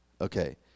okay